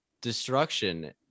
destruction